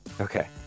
Okay